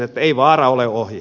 ei vaara ole ohi